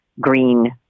Green